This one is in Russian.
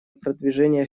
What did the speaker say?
продвижения